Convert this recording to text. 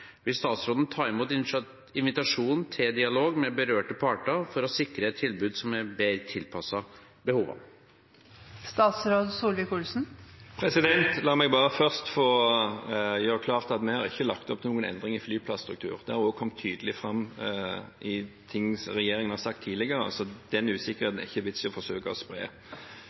Vil statsråden ta imot invitasjonen til dialog med berørte parter for å sikre et tilbud som er bedre tilpasset behovene?» La meg først bare få gjøre det klart at vi ikke har lagt opp til noen endring i flyplasstruktur. Det har også kommet tydelig fram i det regjeringen har sagt tidligere, så den usikkerheten er det ikke vits i å forsøke å spre.